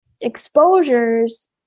exposures